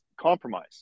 compromise